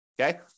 okay